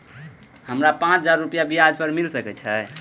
हमरा पाँच हजार रुपया ब्याज पर मिल सके छे?